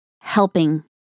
helping